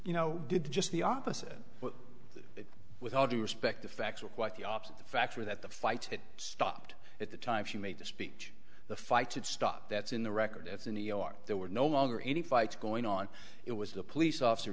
you know did just the opposite with all due respect the facts are quite the opposite the facts are that the fight it stopped at the time she made the speech the fight it stopped that's in the record it's in new york there were no longer any fights going on it was the police officer